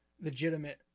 legitimate